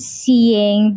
seeing